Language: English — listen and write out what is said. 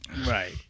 Right